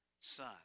son